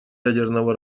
ядерного